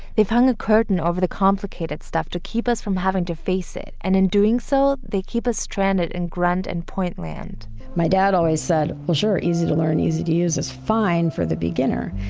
they've hung a curtain over the complicated stuff to keep us from having to face it and in doing so, they keep us stranded in grunt and point land my dad always said, well sure, easy to learn, easy to use is fine for the beginner,